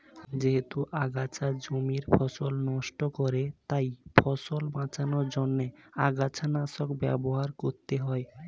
যেহেতু আগাছা জমির ফসল নষ্ট করে তাই ফসল বাঁচানোর জন্য আগাছানাশক ব্যবহার করতে হয়